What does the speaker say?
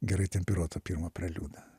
gerai temperuotą pirmą preliudą